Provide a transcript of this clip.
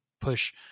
push